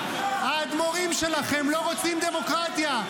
--- האדמו"רים שלכם לא רוצים דמוקרטיה.